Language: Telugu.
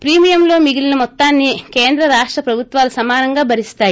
ప్రీమియంలో మిగిలిన మొత్తాన్ని కేంద్ర రాష్ట ప్రభుత్వాలు సమానంగా భరిస్తాయి